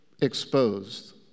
exposed